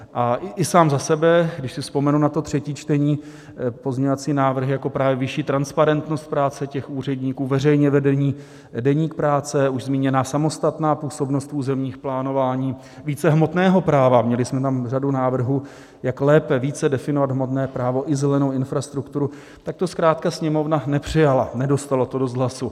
A i sám za sebe, když si vzpomenu na to třetí čtení, pozměňovací návrh, právě vyšší transparentnost práce těch úředníků, veřejně vedený deník práce, už zmíněná samostatná působnost územních plánování, více hmotného práva, měli jsme tam řadu návrhů, jak lépe, více definovat hmotné právo i zelenou infrastrukturu, tak to zkrátka Sněmovna nepřijala, nedostalo to dost hlasů.